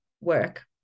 work